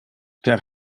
per